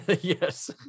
Yes